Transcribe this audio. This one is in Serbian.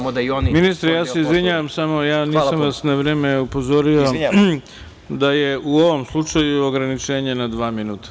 Ministre ja se izvinjavam, nisam vas na vreme upozorio da je u ovom slučaju ograničenje na dva minuta.